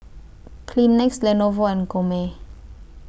Kleenex Lenovo and Gourmet